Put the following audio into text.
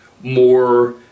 more